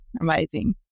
amazing